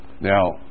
now